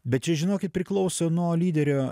bet čia žinokit priklauso nuo lyderio